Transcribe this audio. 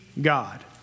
God